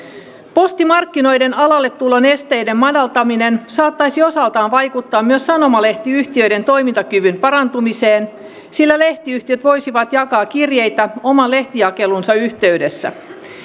postimarkkinoiden alalle tulon esteiden madaltaminen saattaisi osaltaan vaikuttaa myös sanomalehtiyhtiöiden toimintakyvyn parantumiseen sillä lehtiyhtiöt voisivat jakaa kirjeitä oman lehtijakelunsa yhteydessä